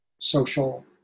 social